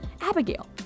Abigail